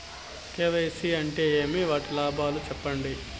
KYC అంటే ఏమి? వాటి లాభాలు సెప్పండి?